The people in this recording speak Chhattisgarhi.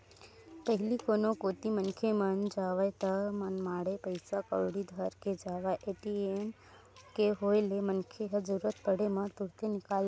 पहिली कोनो कोती मनखे मन जावय ता मनमाड़े पइसा कउड़ी धर के जावय ए.टी.एम के होय ले मनखे ह जरुरत पड़े म तुरते निकाल लेथे